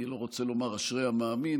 אני לא רוצה לומר "אשרי המאמין",